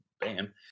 Bam